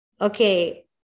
okay